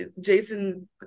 Jason